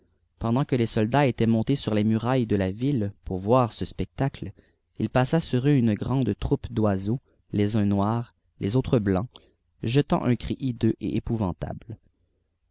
pendant que les soldats étaient montés sur les murailles de la ville pour voir ce spectacle il paîisa sur eux une grande troupe d'oiseaux les uns noirs les autres blancs jetant un cri hideux et épouvantable